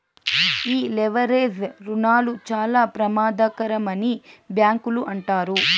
ఈ లెవరేజ్ రుణాలు చాలా ప్రమాదకరమని బ్యాంకులు అంటారు